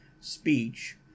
speech